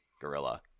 gorilla